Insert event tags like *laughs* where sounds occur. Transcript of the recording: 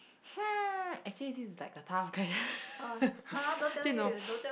hmm actually this is like a tough question *laughs* you know